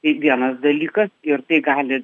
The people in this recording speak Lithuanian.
tai vienas dalykas ir tai gali